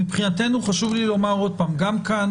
מבחינתנו גם כאן